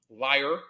liar